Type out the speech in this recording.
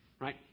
Right